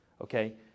okay